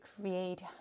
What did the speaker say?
create